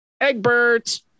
Egbert